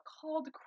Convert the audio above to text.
called